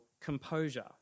composure